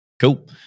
Cool